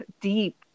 deep